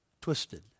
Twisted